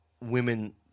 women